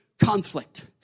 conflict